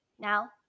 now